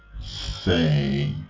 say